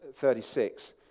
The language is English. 36